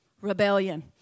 Rebellion